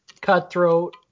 Cutthroat